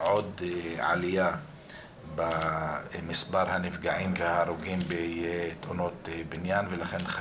לעוד עלייה במספר הנפגעים וההרוגים בתאונות בניין ולכן,